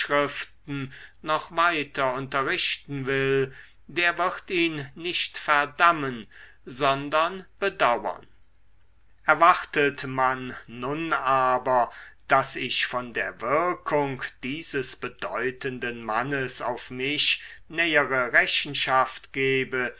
noch weiter unterrichten will der wird ihn nicht verdammen sondern bedauern erwartet man nun aber daß ich von der wirkung dieses bedeutenden mannes auf mich nähere rechenschaft gebe